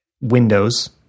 windows